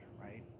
right